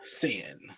sin